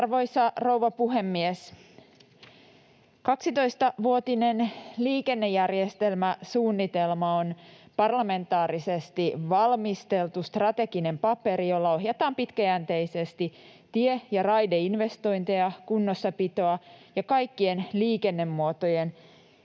Arvoisa rouva puhemies! 12-vuotinen liikennejärjestelmäsuunnitelma on parlamentaarisesti valmisteltu, strateginen paperi, jolla ohjataan pitkäjänteisesti tie- ja raideinvestointeja, kunnossapitoa ja kaikkien liikennemuotojen